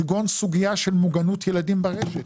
כגון סוגיה של מוגנות ילדים ברשת.